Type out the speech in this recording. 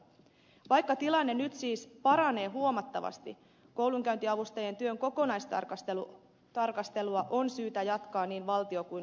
vaikka tilanne nyt siis paranee huomattavasti koulunkäyntiavustajien työn kokonaistarkastelua on syytä jatkaa niin valtio kuin